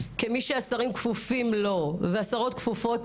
כמי שהשרים כפופים לו והשרות כפופות